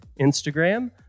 Instagram